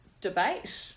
debate